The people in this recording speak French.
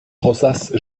rosace